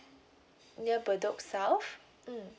near bedok south mm